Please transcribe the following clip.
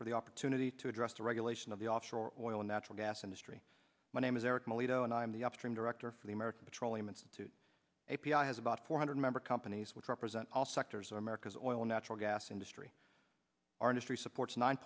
for the opportunity to address the regulation of the offshore oil natural gas industry my name is eric maleo and i'm the upstream director for the american petroleum institute a p i has about four hundred member companies which represent all sectors of america's oil natural gas industry our industry supports